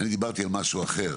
אני דיברתי על משהו אחר